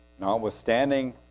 Notwithstanding